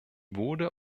wurde